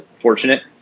fortunate